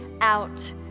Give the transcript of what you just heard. out